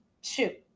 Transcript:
shoot